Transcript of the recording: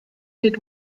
hit